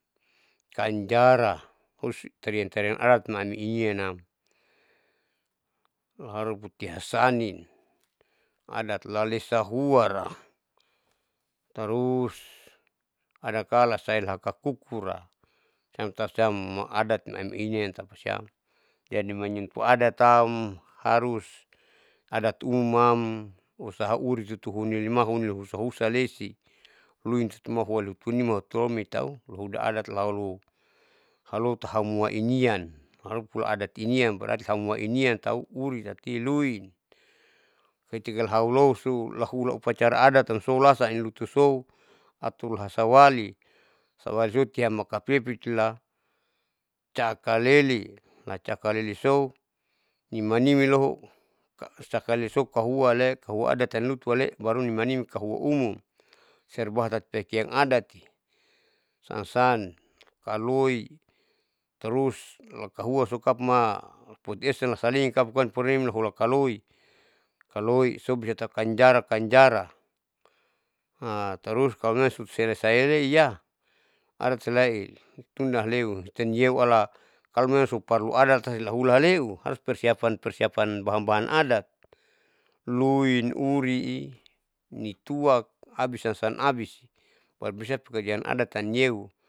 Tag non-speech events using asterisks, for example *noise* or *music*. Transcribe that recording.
Kanjara terus tarian tarian adat naminian nam oharupu tiasani adat lalesa huara, tarus adakala saelahakakukura siam tausiam adat mai inian tapasiam jadi manyaku adat tam harus adat umumam usaha uri tutulimata loniu husa husa lesi luin mahula lutunima lutuhoin tahu ruda adat tauru halota haumua inian harup adat inian berarti hamua inian tahu uli tati luin tati kalo haulo sula upacara adat amsolasa nilutu sou atur hasawali, hasawali so siam makapepetila cakaleli cakaleli sou nimanimi loho sakaele so kahuale, kahua adat lamlutuale barutu manimi kahua umum sebpa tati pakian adati san san kalo loi tarus lakahua sokapma poesa sankalin lahula kaloi, kaloi so bisata kanjara kanjara *hesitation* tarus kalomemang suselesaile ya adat selain tunda haleu titaniyeu ala kalomemang soparlu adata la hulaaleu harus persiapan persiapan bahan bahan adat luin uri'i nituak abis san san abisbarubi pekerjaan adat tanyeu.